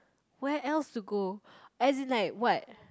where else to go as in like what